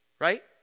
Right